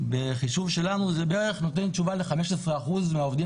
זה נותן תשובה לבערך 15 אחוזים מהעובדים